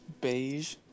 Beige